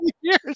years